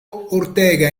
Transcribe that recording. ortega